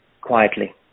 quietly